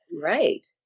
Right